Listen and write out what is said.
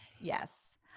Yes